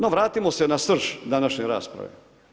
No vratimo se na srž današnje rasprave.